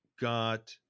got